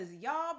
Y'all